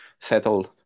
settled